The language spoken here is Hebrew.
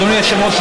אדוני היושב-ראש,